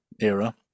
era